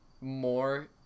more